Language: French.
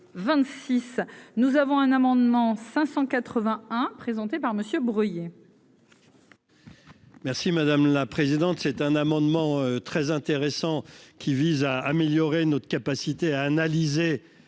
nous avons un amendement 581 présenté par Monsieur Breuiller. Merci madame la présidente, c'est un amendement très intéressant qui vise à améliorer notre capacité à analyser